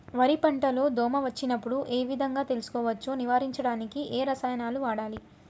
వరి పంట లో దోమ వచ్చినప్పుడు ఏ విధంగా తెలుసుకోవచ్చు? నివారించడానికి ఏ రసాయనాలు వాడాలి?